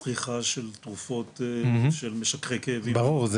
ובצריכה של תרופות של משככי כאבים ברור,